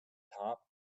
top